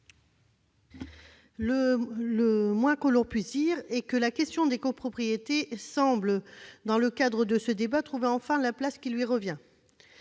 Le moins que l'on puisse dire est que la question des copropriétés semble, dans le cadre de ce débat, trouver enfin la place qui lui revient.